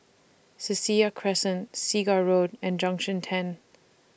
Cassia Crescent Segar Road and Junction ten